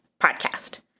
podcast